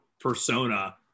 persona